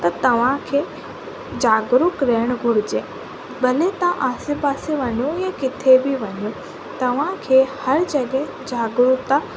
त तव्हांखे जागरुक रहण घुरिजे भले तव्हां आसे पासे वञो या किथे बि वञो तव्हांखे हर जॻह ते जागरुकता